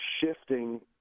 shifting